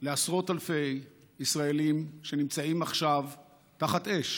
לעשרות אלפי ישראלים שנמצאים עכשיו תחת אש